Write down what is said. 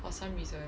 for some reason